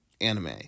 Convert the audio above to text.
anime